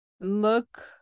look